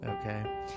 okay